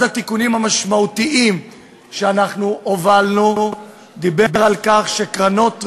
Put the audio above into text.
אחד התיקונים המשמעותיים שהובלנו דיבר על כך שקרנות ריט,